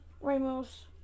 Ramos